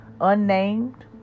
Unnamed